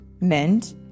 Mint